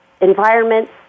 environments